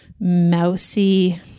mousy